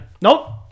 Nope